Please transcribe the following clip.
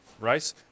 rice